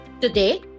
Today